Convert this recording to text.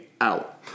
out